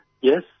yes